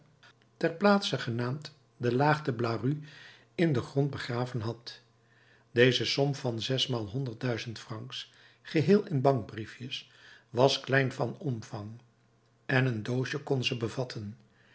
ter plaatse genaamd de laagte blaru in den grond begraven had deze som van zesmaal honderd duizend francs geheel in bankbriefjes was klein van omvang en een doosje kon ze bevatten